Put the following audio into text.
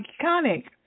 iconic